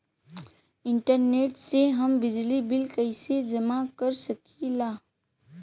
Internet से हम बिजली बिल कइसे जमा कर सकी ला?